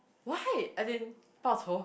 why as in pause hold